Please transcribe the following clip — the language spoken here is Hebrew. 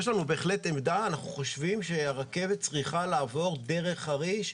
יש לנו בהחלט עמדה אנחנו חושבים שהרכבת צריכה לעבור דרך חריש.